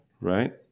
right